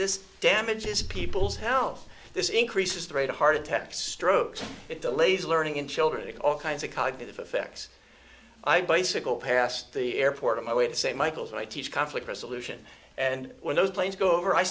this damages people's health this increases the rate of heart attacks strokes it delays learning in children all kinds of cognitive effects i bicycle past the airport on my way to say michaels and i teach conflict resolution and when those planes go over i